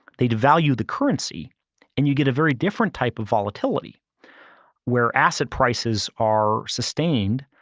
they devalue the currency and you get a very different type of volatility where asset prices are sustained,